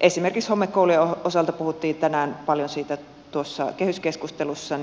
esimerkiksi homekoulujen osalta puhuttiin tänään paljon siitä tuossa kehyskeskustelussa